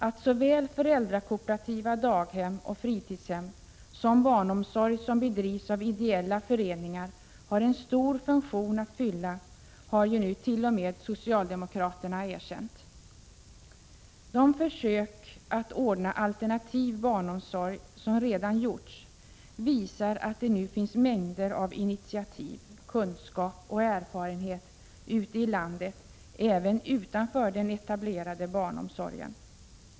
Att såväl föräldrakooperativa daghem och fritidshem som barnomsorg som bedrivs av ideella föreningar har en stor funktion att fylla har ju nu t.o.m. socialdemokraterna erkänt. De försök att ordna alternativ barnomsorg som redan gjorts visar att det nu finns mängder av initiativ, kunskap och erfarenhet ute i landet även utanför den etablerade barnomsorgen.